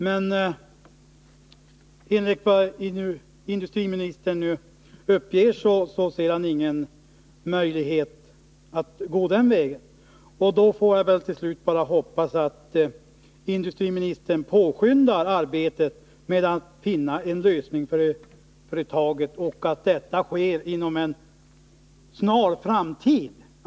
Men enligt vad industriministern nu uppger, ser han ingen möjlighet att gå den vägen. Då får jag väl till slut bara hoppas att industriministern påskyndar arbetet med att finna en lösning för företaget och att detta sker inom en snar framtid.